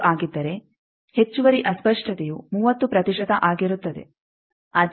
1 ಆಗಿದ್ದರೆ ಹೆಚ್ಚುವರಿ ಅಸ್ಪಷ್ಟತೆಯು 30 ಪ್ರತಿಶತ ಆಗಿರುತ್ತದೆ